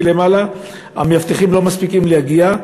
המאבטחים לא מספיקים להגיע.